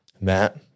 Matt